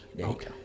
okay